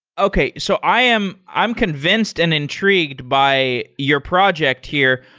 okay. so i'm i'm convinced and intrigued by your project here.